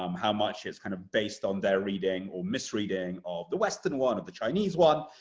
um how much it's kind of based on their reading or misreading of the western one or the chinese one,